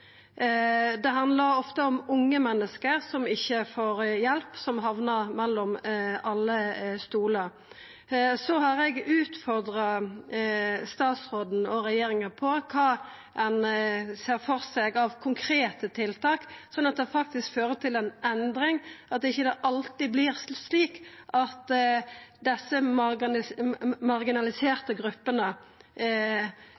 Det handlar ofte om unge menneske som ikkje får hjelp, som hamnar mellom alle stolar. Så har eg utfordra statsråden og regjeringa på kva ein ser for seg av konkrete tiltak, slik at det faktisk fører til ei endring – at det ikkje alltid vert slik at desse